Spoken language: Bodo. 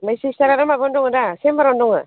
ओमफ्राय सिस्टारा दा माबायावनो दङ दा चेम्बारावनो दङ